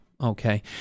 okay